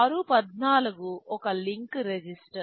మరియు r14 ఒక link register